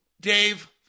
Dave